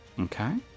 okay